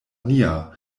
nia